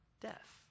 death